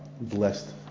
blessed